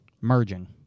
merging